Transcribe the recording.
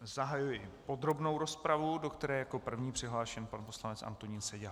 Zahajuji podrobnou rozpravu, do které je jako první přihlášen pan poslanec Antonín Seďa.